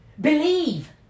Believe